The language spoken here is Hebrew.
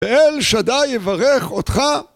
ואל שדי יברך אותך